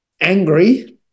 angry